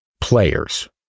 players